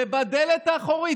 ובדלת האחורית,